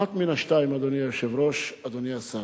אחת מן השתיים, אדוני היושב-ראש, אדוני השר: